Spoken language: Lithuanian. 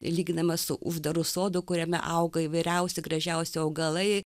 lyginama su uždaru sodu kuriame auga įvairiausi gražiausi augalai